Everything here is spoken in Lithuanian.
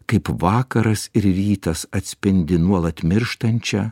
kaip vakaras ir rytas atspindi nuolat mirštančią